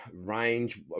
range